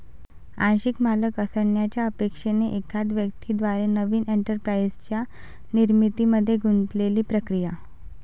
आंशिक मालक असण्याच्या अपेक्षेने एखाद्या व्यक्ती द्वारे नवीन एंटरप्राइझच्या निर्मितीमध्ये गुंतलेली प्रक्रिया